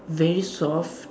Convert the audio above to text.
very soft